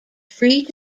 free